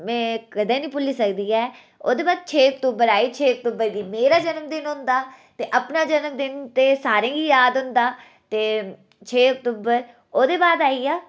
में कदें निं भुल्ली सकदी ऐ ओह्दे बाद छे अक्टूबर आई छे अक्टूबर गी मेरा जन्मदिन होंदा ते अपना जन्मदिन ते सारें गी याद होंदा ते छे अक्टूबर ओह्दे बाद आई गेआ